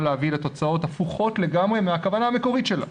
להביא תוצאות הפוכות לגמרי מהכוונה המקורית שלה.